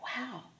wow